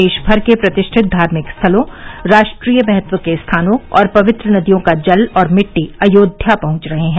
देश भर के प्रतिष्ठित धार्मिक स्थलों राष्ट्रीय महत्व के स्थानों और पवित्र नदियों का जल और मिट्टी अयोध्या पहुंच रहे हैं